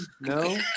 No